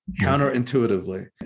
counterintuitively